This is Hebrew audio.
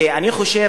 ואני חושב,